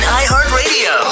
iHeartRadio